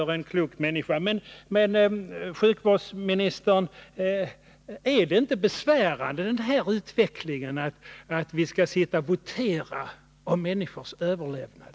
Men, fru sjukvårdsministern, är det inte en besvärande ordning att man skall behöva sitta och votera om människors överlevnad?